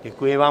Děkuji vám.